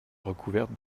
recouverte